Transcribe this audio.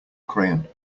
crayon